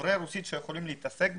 דוברי רוסית שיכולים לעסוק בזה.